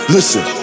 Listen